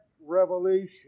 revelation